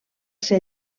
ser